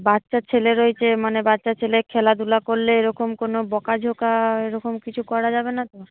বাচ্চা ছেলে রয়েছে মানে বাচ্চা ছেলে খেলাধুলা করলে এরকম কোনও বকা ঝকা এরকম কিছু করা যাবে না তো